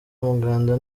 umuganda